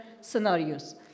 scenarios